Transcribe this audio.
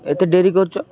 ଏତେ ଡେରି କରୁଛ